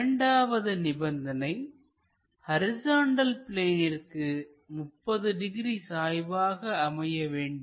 இரண்டாவது நிபந்தனை ஹரிசாண்டல் பிளேனிற்கு 30 டிகிரி சாய்வாக அமைய வேண்டும்